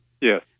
Yes